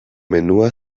menua